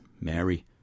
Mary